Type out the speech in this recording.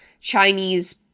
Chinese